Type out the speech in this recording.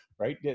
right